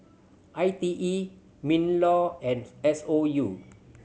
I T E MinLaw and S O U